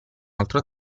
altro